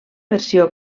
versió